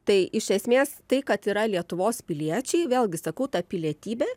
tai iš esmės tai kad yra lietuvos piliečiai vėlgi sakau ta pilietybė